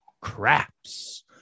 craps